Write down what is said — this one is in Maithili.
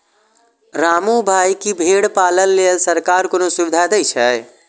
रामू भाइ, की भेड़ पालन लेल सरकार कोनो सुविधा दै छै?